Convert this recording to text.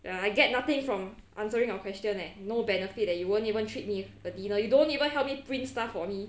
ya I get nothing from answering your question leh no benefit that you won't you won't treat me a dinner you don't even help me print stuff for me